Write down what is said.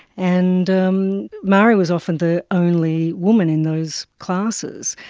and um marie was often the only woman in those classes.